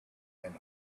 and